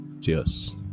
cheers